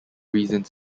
reasons